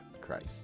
Christ